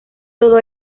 todo